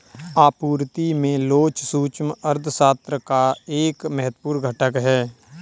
आपूर्ति में लोच सूक्ष्म अर्थशास्त्र का एक महत्वपूर्ण घटक है